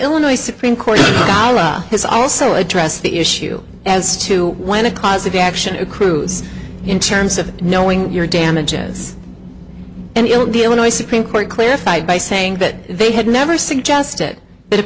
illinois supreme court has also addressed the issue as to when a cause of action accrues in terms of knowing your damages and the illinois supreme court clarified by saying that they had never suggested that a